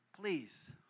Please